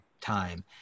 time